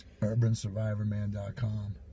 Urbansurvivorman.com